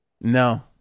no